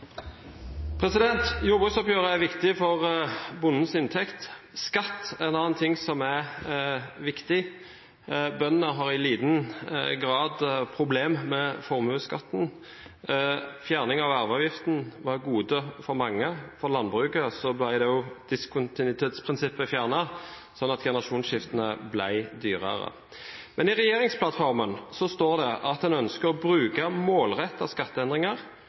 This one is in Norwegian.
en annen ting som er viktig. Bøndene har i liten grad problem med formuesskatten. Fjerning av arveavgiften var et gode for mange. For landbruket ble diskontinuitetsprinsippet fjernet sånn at generasjonsskiftene ble dyrere. Men i regjeringsplattformen står det at en ønsker å bruke målrettede skatteendringer